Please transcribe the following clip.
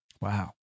Wow